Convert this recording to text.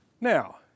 Now